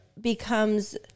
becomes